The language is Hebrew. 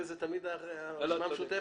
בלצון.